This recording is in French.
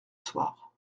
soir